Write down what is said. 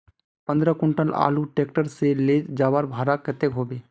पंद्रह कुंटल आलूर ट्रैक्टर से ले जवार भाड़ा कतेक होबे?